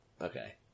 Okay